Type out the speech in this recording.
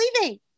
leaving